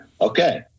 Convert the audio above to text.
okay